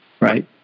right